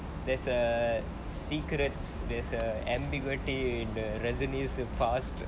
there's a secrets there's a ambiguity that resonates with fast